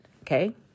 Okay